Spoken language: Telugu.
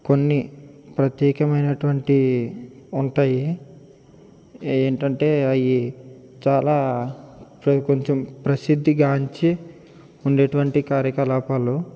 కొన్ని ప్రత్యేకమైనటువంటి ఉంటాయి ఎంటంటే అయి చాలా కొంచెం ప్రసిద్ధిగాంచి ఉండేటువంటి కార్యకలాపాలు